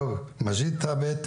מג'ד ת'אבת,